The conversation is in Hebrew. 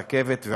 הרכבת,